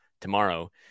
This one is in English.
tomorrow